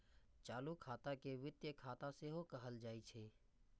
चालू खाता के वित्तीय खाता सेहो कहल जाइ छै